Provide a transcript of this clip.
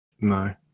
no